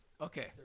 Okay